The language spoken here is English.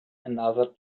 another